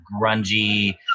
grungy